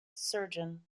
surgeon